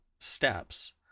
steps